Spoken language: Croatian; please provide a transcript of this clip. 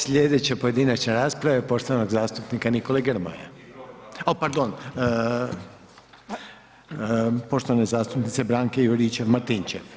Slijedeća pojedinačna rasprava je poštovanog zastupnika Nikole Grmoje, o pardon, poštovane zastupnice Branke Juričev-Martinčev.